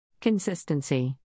Consistency